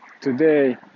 today